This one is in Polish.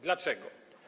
Dlaczego?